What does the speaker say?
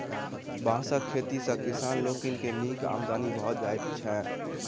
बाँसक खेती सॅ किसान लोकनि के नीक आमदनी भ जाइत छैन